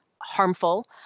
harmful